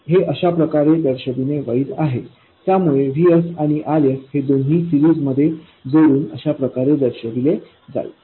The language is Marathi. हे अशाप्रकारे दर्शवणे वैध आहे त्यामुळे VSआणि RS हे दोन्ही सिरीज मध्ये जोडून अशाप्रकारे दर्शविले जाईल